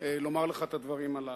לומר לך את הדברים הללו.